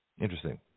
interesting